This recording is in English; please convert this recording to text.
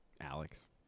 Alex